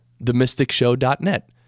themysticshow.net